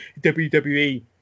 WWE